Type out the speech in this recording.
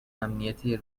امنیتی